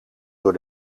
door